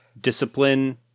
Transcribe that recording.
discipline